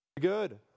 Good